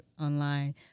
online